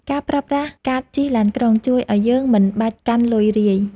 ការប្រើប្រាស់កាតជិះឡានក្រុង ជួយឱ្យយើងមិនបាច់កាន់លុយរាយ។